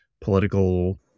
political